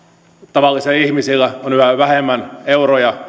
tavallisilla ihmisillä on yhä vähemmän euroja